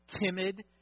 timid